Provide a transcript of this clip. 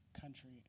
country